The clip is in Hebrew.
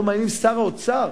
זה לא מעניין את שר האוצר.